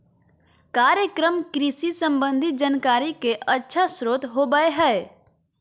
कार्यक्रम कृषि संबंधी जानकारी के अच्छा स्रोत होबय हइ